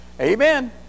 amen